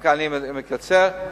אני מקצר.